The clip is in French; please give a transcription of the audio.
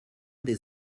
des